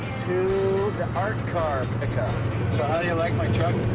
to the art car pickup. so how do you like my truck?